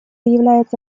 является